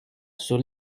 sur